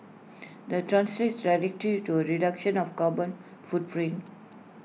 that translates directly to A reduction of carbon footprint